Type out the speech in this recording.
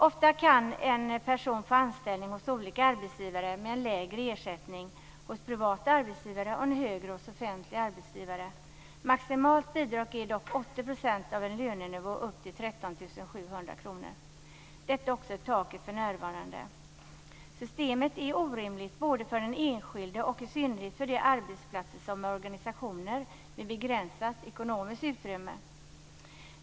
Ofta kan en person få anställning hos olika arbetsgivare med en lägre ersättning hos privata arbetsgivare och en högre hos offentliga arbetsgivare. Maximalt bidrag är dock 80 % av en lönenivå upp till 13 700 kr. Detta är också för närvarande taket. Systemet är orimligt, för den enskilde och i synnerhet för de arbetsplatser som är organisationer med begränsat ekonomiskt utrymme.